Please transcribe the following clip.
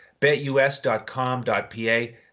betus.com.pa